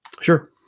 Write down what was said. Sure